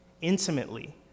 intimately